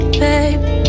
babe